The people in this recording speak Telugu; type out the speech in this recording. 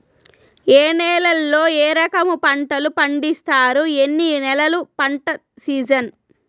ఏ నేలల్లో ఏ రకము పంటలు పండిస్తారు, ఎన్ని నెలలు పంట సిజన్?